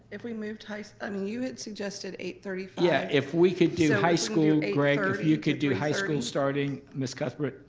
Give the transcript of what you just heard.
if we move high school. so i mean, you had suggested eight thirty five. yeah, if we could do high school, greg, if you could do high school starting. miss cuthbert,